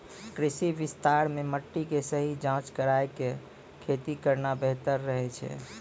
कृषि विस्तार मॅ मिट्टी के सही जांच कराय क खेती करना बेहतर रहै छै